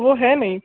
वह है नहीं